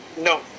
No